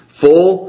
full